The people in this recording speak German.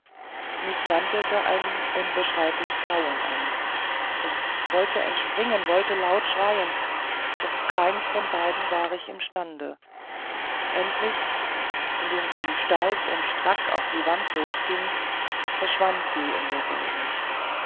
mich wandelte ein unbeschreiblich grauen an ich wollte entspringen wollte laut schreien doch keins von beiden war ich imstande endlich indem sie steif und strack auf die wand losging verschwand sie in derselben